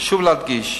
חשוב להדגיש: